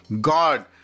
God